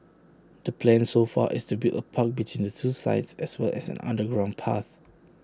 the plan so far is to build A park between the two sites as well as an underground path